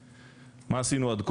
מה עשינו עד כה?